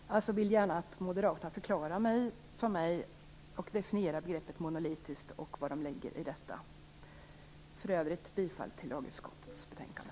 Jag vill gärna att Moderaterna förklarar och definierar begreppet monolitiskt och vad de lägger i detta. För övrigt yrkar jag bifall till hemställan i lagutskottets betänkande.